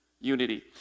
unity